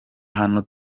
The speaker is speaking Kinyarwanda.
hano